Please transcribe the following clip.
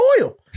oil